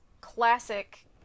classic